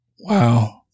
wow